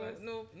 No